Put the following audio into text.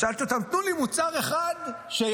אז שאלתי אותם: תנו לי מוצר אחד שירד,